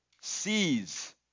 sees